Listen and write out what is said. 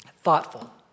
thoughtful